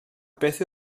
beth